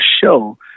show